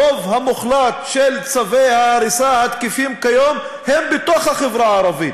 הרוב המוחלט של צווי ההריסה התקפים כיום הם בתוך החברה הערבית.